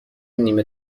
نیمه